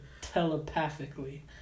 telepathically